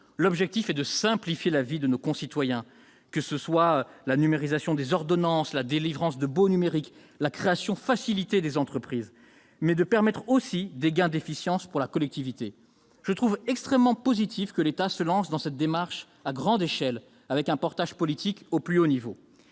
L'objectif est de simplifier la vie de nos concitoyens, que ce soit avec la numérisation des ordonnances, la délivrance de baux numériques, la création facilitée des entreprises, tout en permettant des gains d'efficience pour la collectivité. Je trouve extrêmement positif que l'État se lance dans cette démarche à grande échelle, avec un portage politique au plus haut niveau.